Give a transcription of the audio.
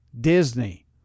Disney